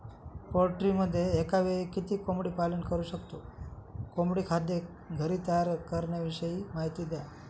पोल्ट्रीमध्ये एकावेळी किती कोंबडी पालन करु शकतो? कोंबडी खाद्य घरी तयार करण्याविषयी माहिती द्या